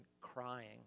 crying